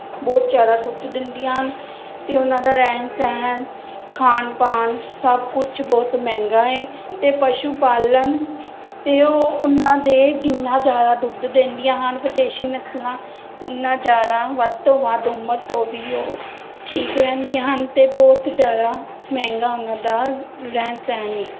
ਬਹੁਤ ਜ਼ਿਆਦਾ ਦੁੱਧ ਦਿੰਦੀਆਂ ਹਨ ਅਤੇ ਉਹਨਾਂ ਦਾ ਰਹਿਣ ਸਹਿਣ ਖਾਣ ਪਾਣ ਸਭ ਕੁਝ ਬਹੁਤ ਮਹਿੰਗਾ ਹੈ ਅਤੇ ਪਸ਼ੂ ਪਾਲਣ ਅਤੇ ਉਹ ਉਨਾਂ ਦੇ ਜਿੰਨਾ ਜਿਆਦਾ ਦੁੱਧ ਦਿੰਦੀਆਂ ਹਨ ਵਿਦੇਸ਼ੀ ਨਸਲਾਂ ਉਹਨਾਂ ਜਿਆਦਾ ਵੱਧ ਤੋਂ ਵੱਧ ਉਮਰ ਤੋਂ ਵੀ ਉਹ ਠੀਕ ਰਹਿੰਦੀਆਂ ਹਨ ਅਤੇ ਬਹੁਤ ਜ਼ਿਆਦਾ ਮਹਿੰਗਾ ਉਹਨਾਂ ਦਾ ਰਹਿਣ ਸਹਿਣ ਏ